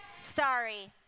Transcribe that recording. Sorry